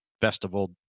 festival